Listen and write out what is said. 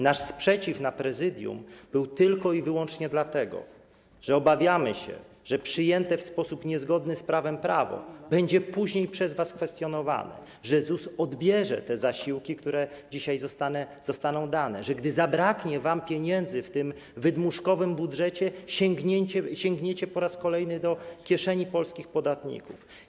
Nasz sprzeciw na posiedzeniu Prezydium był tylko i wyłącznie dlatego, że obawiamy się, że przyjęte w sposób niezgodny z prawem prawo będzie później przez was kwestionowane, że ZUS odbierze te zasiłki, które dzisiaj zostaną dane, że gdy zabraknie wam pieniędzy w tym wydmuszkowym budżecie, sięgniecie po raz kolejny do kieszeni polskich podatników.